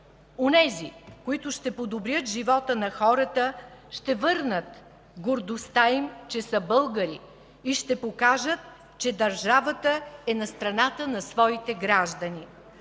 промени, които ще подобрят живота на хората, ще върнат гордостта им, че са българи и ще покажат, че държавата е на страната на своите граждани;